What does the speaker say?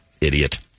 idiot